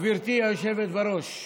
גברתי היושבת בראש,